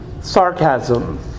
sarcasm